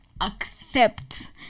accept